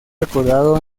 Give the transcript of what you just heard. recordado